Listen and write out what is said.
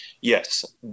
Yes